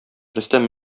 рөстәм